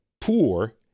poor